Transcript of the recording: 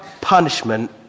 punishment